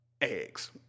eggs